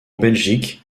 belgique